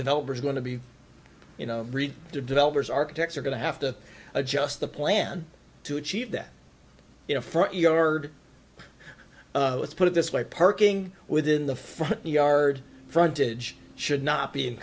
developers are going to be you know the developers architects are going to have to adjust the plan to achieve that you know front yard let's put it this way parking within the front yard frontage should not be